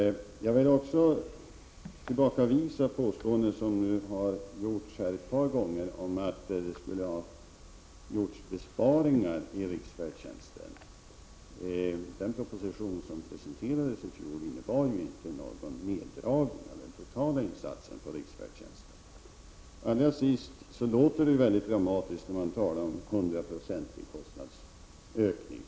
Jag vill också tillbakavisa det påstående som här gjorts ett par gånger att det skulle ha gjorts besparingar inom riksfärdtjänsten. Det propositionsförslag som framlades för riksdagen i fjol innebar inte någon neddragning av den totala insatsen inom riksfärdtjänsten. Det låter naturligtvis väldigt dramatiskt när man talar om en hundraprocentig kostnadsökning.